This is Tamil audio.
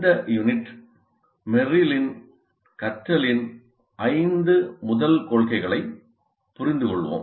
இந்த யூனிட் மெரில்லின் கற்றலின் ஐந்து முதல் கொள்கைகளைப் புரிந்துகொள்வோம்